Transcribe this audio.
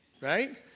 Right